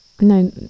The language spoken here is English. no